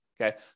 Okay